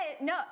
no